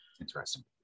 Interesting